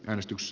äänestys